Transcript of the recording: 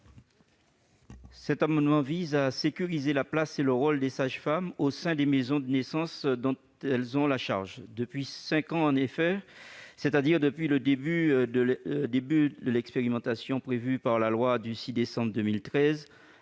Cet amendement vise à sécuriser la place et le rôle des sages-femmes au sein des maisons de naissance dont elles ont la charge. Depuis cinq ans, c'est-à-dire depuis le début de l'expérimentation prévue par la loi du 6 décembre 2013,